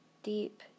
deep